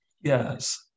Yes